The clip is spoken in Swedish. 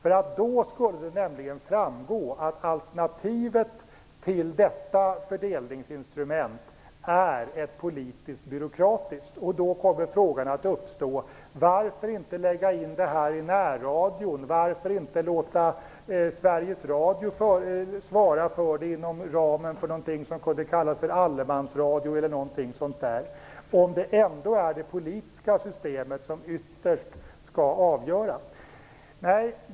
Då skulle det nämligen framgå att alternativet till detta fördelningsinstrument är ett politiskt byråkratiskt instrument. Då uppstår frågor: Varför kan man inte lägga in det här i närradion? Varför kan man inte låta Sveriges Radio svara för detta inom ramen för någonting som skulle kunna kallas för t.ex. allemansradion, om det ändå är det politiska systemet som ytterst skall avgöra?